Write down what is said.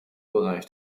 bereich